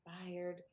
inspired